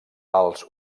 els